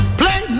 play